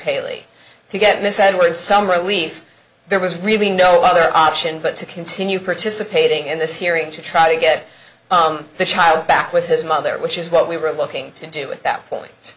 haley to get miss edwards some relief there was really no other option but to continue participating in this hearing to try to get the child back with his mother which is what we were looking to do with that